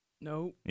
No